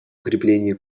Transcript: укрепление